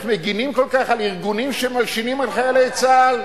איך מגינים כל כך על ארגונים שמלשינים על חיילי צה"ל?